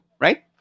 right